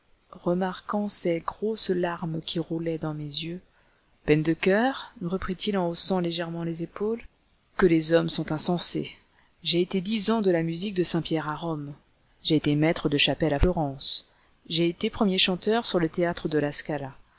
remarquant les grosses larmes qui roulaient dans mes yeux peines de coeur reprit-il en haussant légèrement les épaules que les hommes sont insensés j'ai été dix ans de la musique de saint-pierre à rome j'ai été maître de chapelle à florence j'ai été premier chanteur sur le théâtre de la scala